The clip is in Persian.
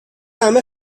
همه